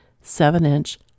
seven-inch